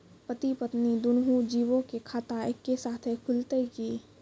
पति पत्नी दुनहु जीबो के खाता एक्के साथै खुलते की?